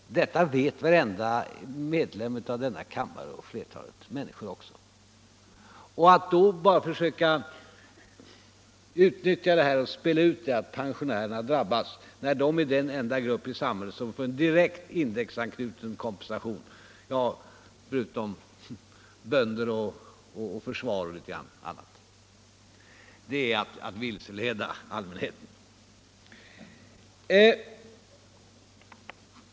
Detta vet varenda medlem av denna kammare och flertalet andra människor också. Att då bara försöka spela ut detta att pensionärerna drabbas, när de är den enda grupp i samhället förutom jordbruk, försvar och litet annat som får en direkt indexkompensation, är att vilseleda allmänheten.